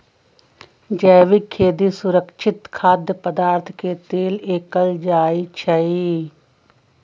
जैविक खेती सुरक्षित खाद्य पदार्थ के लेल कएल जाई छई